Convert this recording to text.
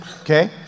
Okay